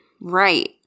Right